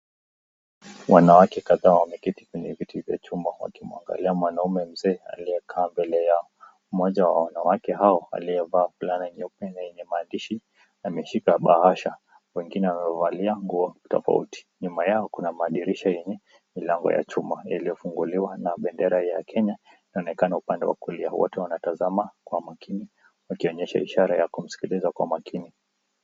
Wanawake kadhaa wameketi katika viti vya chuma wakimwangalia mwanume mzee aliyekaa mbele yao, mmoja wa wanawake hao aliyevaa fulana nyeupe yenye maandishi, ameshika bahasha wengine wamevalia nguo tofauti, nyuma yao kuna madirisha yenye milango ya chuma iliyofunguliwa na bendera ya Kenya, inaonekana upande wa kulia, wote wanatazama kwa makini wakionyesha ishara ya kusikiliza kwa makini.